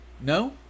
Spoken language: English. No